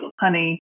honey